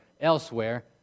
elsewhere